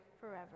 forever